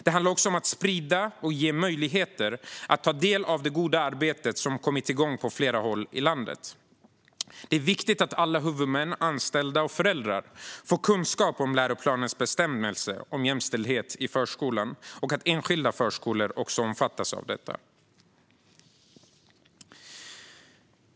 Det handlar också om att sprida och ge möjligheter att ta del av det goda arbete som kommit igång på flera håll i landet. Det är viktigt att alla huvudmän, anställda och föräldrar får kunskap om läroplanens bestämmelse om jämställdhet i förskolan och att enskilda förskolor omfattas av detta.